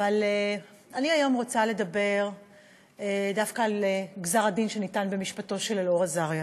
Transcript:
אבל אני היום רוצה לדבר דווקא על גזר-הדין שניתן במשפטו של אלאור אזריה.